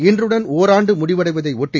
இன்றுடன் ஒரான்டு முடிவடைவதை ஒட்டி